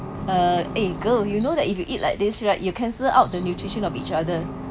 uh eh girl you know that if you eat like this right you cancel out the nutrition of each other